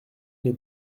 les